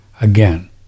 again